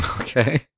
Okay